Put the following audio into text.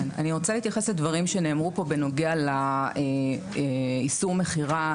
אני רוצה להתייחס לדברים שנאמרו פה בנוגע לאיסור מכירה,